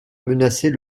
menacer